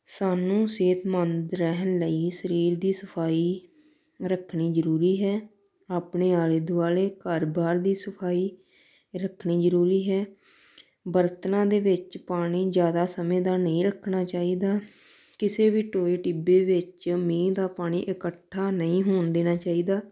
ਸਾਨੂੰ ਸਿਹਤਮੰਦ ਰਹਿਣ ਲਈ ਸਰੀਰ ਦੀ ਸਫ਼ਾਈ ਰੱਖਣੀ ਜ਼ਰੂਰੀ ਹੈ ਆਪਣੇ ਆਲੇ ਦੁਆਲੇ ਘਰ ਬਾਰ ਦੀ ਸਫ਼ਾਈ ਰੱਖਣੀ ਜ਼ਰੂਰੀ ਹੈ ਬਰਤਨਾਂ ਦੇ ਵਿੱਚ ਪਾਣੀ ਜ਼ਿਆਦਾ ਸਮੇਂ ਦਾ ਨਹੀਂ ਰੱਖਣਾ ਚਾਹੀਦਾ ਕਿਸੇ ਵੀ ਟੋਏ ਟਿੱਬੇ ਵਿੱਚ ਮੀਂਹ ਦਾ ਪਾਣੀ ਇਕੱਠਾ ਨਹੀਂ ਹੋਣ ਦੇਣਾ ਚਾਹੀਦਾ